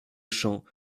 champ